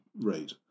rate